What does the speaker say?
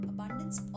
Abundance